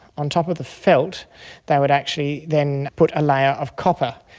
on top of the felt they would actually then put a layer of copper.